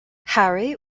harry